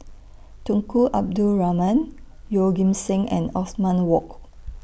Tunku Abdul Rahman Yeoh Ghim Seng and Othman Wok